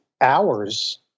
hours